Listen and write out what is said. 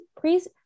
please